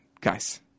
guys